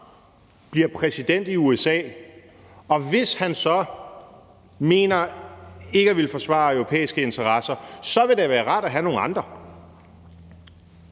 bliver præsident i USA igen, og hvis han så ikke vil forsvare europæiske interesser, så vil det være rart at have nogle andre.